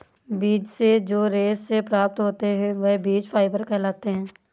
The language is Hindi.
बीज से जो रेशे से प्राप्त होते हैं वह बीज फाइबर कहलाते हैं